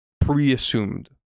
pre-assumed